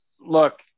look